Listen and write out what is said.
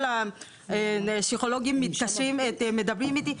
כל הפסיכולוגים מתקשרים ומדברים איתי,